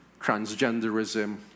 transgenderism